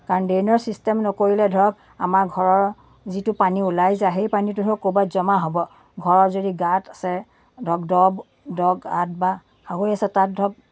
কাৰণ ড্ৰেইনৰ ছিষ্টেম নকৰিলে ধৰক আমাৰ ঘৰৰ যিটো পানী ওলাই যায় সেই পানীটো ধৰক ক'ৰবাত জমা হ'ব ঘৰৰ যদি গাঁত আছে ধৰক দ দ গাঁত বা খাৱৈ আছে তাত ধৰক